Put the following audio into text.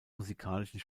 musikalischen